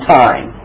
time